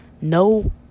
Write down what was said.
No